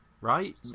right